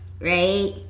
right